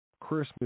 Christmas